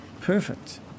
perfect